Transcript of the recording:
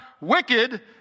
wicked